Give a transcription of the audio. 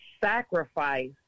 sacrifice